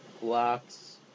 blocks